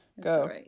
Go